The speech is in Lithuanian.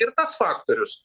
ir tas faktorius